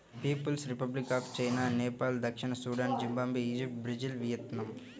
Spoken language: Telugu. peoples Republic of China, Nepal దక్షిణ Sudan, Zimbabwe, Egypt, Brazil, Vietnam